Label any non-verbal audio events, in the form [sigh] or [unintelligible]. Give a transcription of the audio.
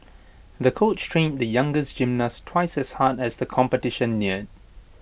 the coach trained the younger [unintelligible] gymnast twice as hard as the competition neared